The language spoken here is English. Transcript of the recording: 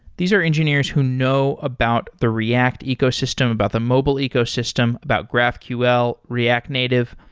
these are engineers who know about the react ecosystem, about the mobile ecosystem, about graphql, react native.